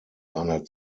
seiner